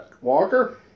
Walker